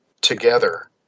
together